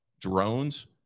Drones